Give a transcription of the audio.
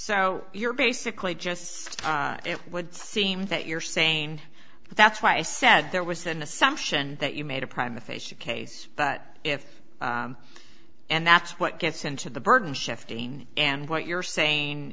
so you're basically just it would seem that you're saying that's why i said there was an assumption that you made a prime official case but if and that's what gets into the burden shifting and what you're saying